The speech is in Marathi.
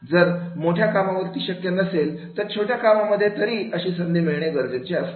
जर मोठ्या कामावरती शक्य नसेल तर छोट्या कामांमध्ये तरी अशी संधी मिळणे गरजेचे असते